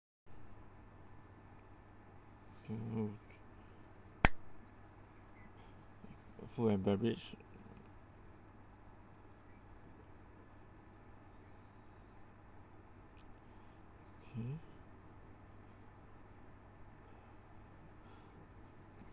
food and beverage mmhmm